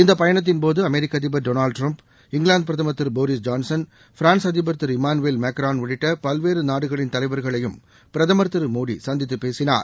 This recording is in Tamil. இந்தப் பயணத்தின்போது அமெரிக்க அதிபர் டொளால்ட் ட்ரம்ப் இங்கிலாந்து பிரதம் திரு போரிஸ் ஜான்சன் பிரான்ஸ் அதிபர் இம்மானுவேல் மேக்ரான் உள்ளிட்ட பல்வேறு நாடுகளின் தலைவர்களையும் பிரதமர் திரு மோடி சந்தித்து பேசினார்